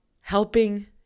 helping